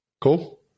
Cool